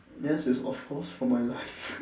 yes it's of course from my life